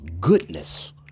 goodness